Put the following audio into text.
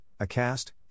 Acast